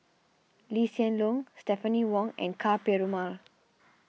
Lee Hsien Loong Stephanie Wong and Ka Perumal